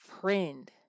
friend